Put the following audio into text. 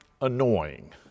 annoying